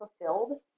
fulfilled